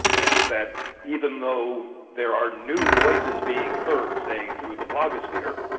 and that even though there are new voices being heard, say, through the blogosphere,